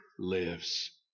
lives